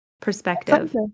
perspective